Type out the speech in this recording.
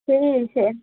ठीक है